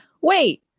wait